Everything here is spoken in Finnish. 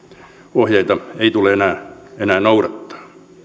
ohjeita ei tule enää enää noudattaa